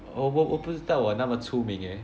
我我我不知道我那么出名 eh